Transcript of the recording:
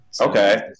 okay